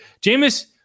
Jameis